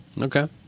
Okay